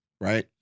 right